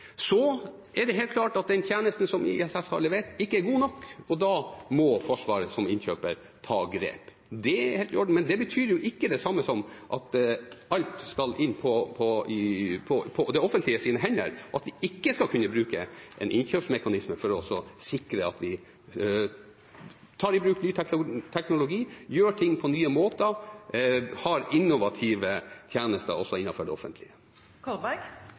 Så er det helt klart at den tjenesten som ISS har levert, ikke er god nok, og da må Forsvaret som innkjøper ta grep. Det er helt i orden, men det betyr ikke det samme som at alt skal inn på det offentliges hender, og at vi ikke skal kunne bruke en innkjøpsmekanisme for å sikre at vi tar i bruk ny teknologi, gjør ting på nye måter og har innovative tjenester også innenfor det offentlige.